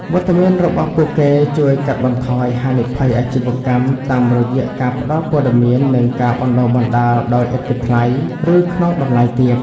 វត្តមានរបស់ពួកគេជួយកាត់បន្ថយ "ហានិភ័យអាជីវកម្ម" តាមរយៈការផ្ដល់ព័ត៌មាន និងការបណ្ដុះបណ្ដាលដោយឥតគិតថ្លៃ ឬក្នុងតម្លៃទាប។